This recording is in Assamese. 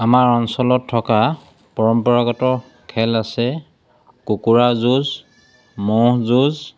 আমাৰ অঞ্চলত থকা পৰম্পৰাগত খেল আছে কুকুৰা যুঁজ ম'হ যুঁজ